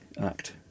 Act